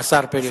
השר פלד.